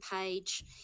page